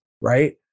right